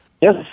Yes